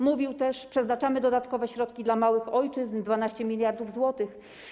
Mówił też: Przeznaczamy dodatkowe środki dla małych ojczyzn - 12 mld zł.